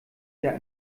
jahr